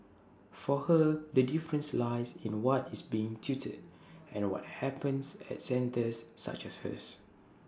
for her the difference lies in what is being tutored and what happens at centres such as hers